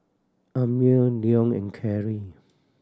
Amiah Leon and Cary